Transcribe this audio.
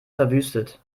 verwüstet